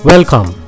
Welcome